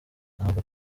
ntabwo